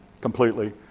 completely